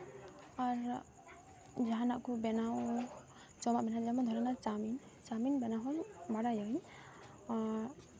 ᱟᱨ ᱡᱟᱦᱟᱱᱟᱜ ᱠᱚ ᱵᱮᱱᱟᱣ ᱡᱚᱢᱟᱜ ᱵᱮᱱᱟᱣ ᱫᱷᱚᱨᱮ ᱱᱟᱣ ᱪᱟᱣᱢᱤᱱ ᱪᱟᱣᱢᱤᱱ ᱵᱮᱱᱟᱣ ᱦᱚᱸ ᱵᱟᱲᱟᱭᱟᱧ ᱟᱨ